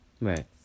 Right